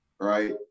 Right